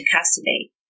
custody